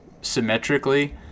symmetrically